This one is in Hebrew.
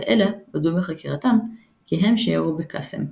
ואלה הודו בחקירתם כי הם שירו בקאסם,